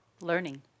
Learning